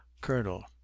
colonel